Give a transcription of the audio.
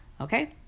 Okay